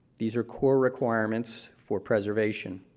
these are core requirements for preservation.